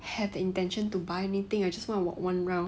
have intention to buy anything I just want to walk one round